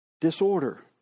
disorder